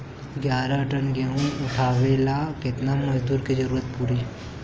ग्यारह टन गेहूं उठावेला केतना मजदूर के जरुरत पूरी?